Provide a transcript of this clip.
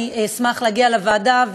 אני אשמח להגיע לוועדה,